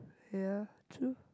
ya true